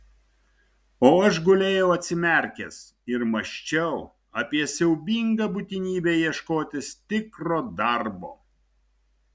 o aš gulėjau atsimerkęs ir mąsčiau apie siaubingą būtinybę ieškotis tikro darbo